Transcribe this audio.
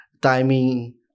timing